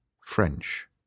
French